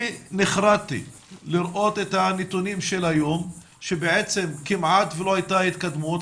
אני נחרדתי לראות את הנתונים של היום שבעצם כמעט ולא הייתה התקדמות.